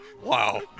Wow